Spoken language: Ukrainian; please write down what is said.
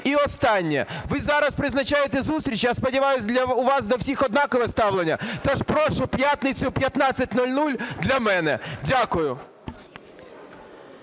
І останнє. Ви зараз призначаєте зустріч, я сподіваюсь, у вас до всіх однакове ставлення. Тож прошу в п'ятницю о 15:00 – для мене. Дякую.